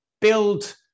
build